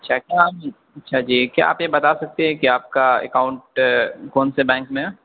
اچھا جی کیا اچھا جی کیا آپ یہ بتا سکتے ہیں کہ آپ کا اکاؤنٹ کون سے بینک میں ہے